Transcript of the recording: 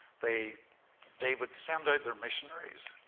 they they would send out their missionaries